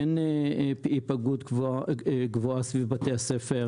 אין היפגעות גבוהה סביב בתי הספר